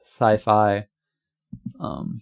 sci-fi